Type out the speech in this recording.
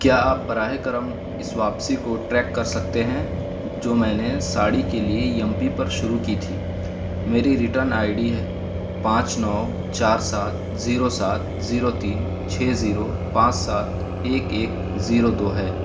کیا آپ براہ کرم اس واپسی کو ٹریک کر سکتے ہیں جو میں نے ساڑی کے لیے یپمی پر شروع کی تھی میری ریٹرن آئی ڈی ہے پانچ نو چار سات زیرو سات زیرو تین چھ زیرو پانچ سات ایک ایک زیرو دو ہے